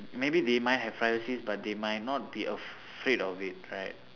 maybe they might have privacy but they might not be afraid of it right